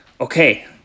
Okay